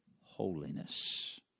holiness